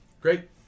Great